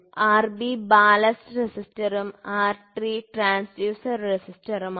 Rb ballast റെസിസ്റ്ററും Rt transfuser റെസിസ്റ്റൻസുമാണ്